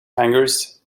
hangars